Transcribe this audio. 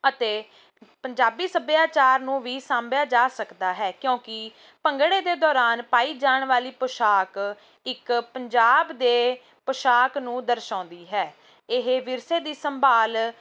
ਅਤੇ ਪੰਜਾਬੀ ਸੱਭਿਆਚਾਰ ਨੂੰ ਵੀ ਸਾਂਭਿਆ ਜਾ ਸਕਦਾ ਹੈ ਕਿਉਂਕਿ ਭੰਗੜੇ ਦੇ ਦੌਰਾਨ ਪਾਈ ਜਾਣ ਵਾਲੀ ਪੋਸ਼ਾਕ ਇੱਕ ਪੰਜਾਬ ਦੇ ਪੋਸ਼ਾਕ ਨੂੰ ਦਰਸ਼ਾਉਂਦੀ ਹੈ ਇਹ ਵਿਰਸੇ ਦੀ ਸੰਭਾਲ